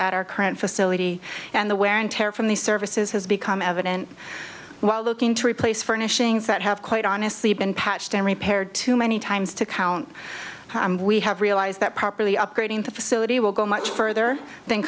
at our current facility and the wear and tear from these services has become evident while looking to replace furnishings that have quite honestly been patched and repaired too many times to count we have realized that properly upgrading the facility will go much further than